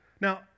Now